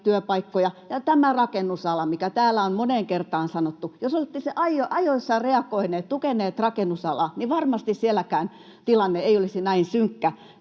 työpaikkoja. Ja tämä rakennusala ja mikä täällä on moneen kertaan sanottu: jos te olisitte ajoissa reagoineet, tukeneet rakennusalaa, niin varmasti sielläkään tilanne ei olisi näin synkkä